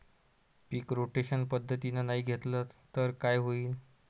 पीक rotation पद्धतीनं नाही घेतलं तर काय होईन?